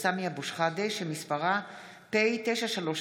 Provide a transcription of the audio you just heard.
משה ארבל,